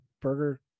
burger